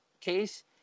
case